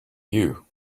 you